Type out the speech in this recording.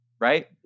right